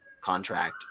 contract